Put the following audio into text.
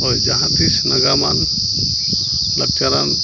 ᱦᱳᱭ ᱡᱟᱦᱟᱸᱛᱤᱥ ᱱᱟᱜᱟᱢᱟᱱ ᱞᱟᱠᱪᱟᱨᱟᱱ